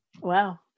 Wow